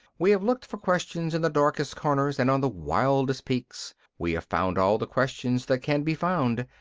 we have looked for questions in the darkest corners and on the wildest peaks. we have found all the questions that can be found.